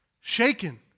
shaken